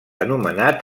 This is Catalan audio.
anomenat